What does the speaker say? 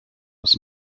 was